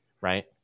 right